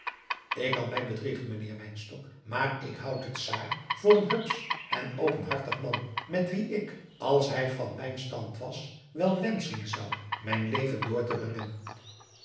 ik kan mij bedriegen mijnheer wynstok maar ik houd den czaar voor een hupsch en openhartig man met wien ik als hij van mijn stand was wel wenschen zou mijn leven door te brengen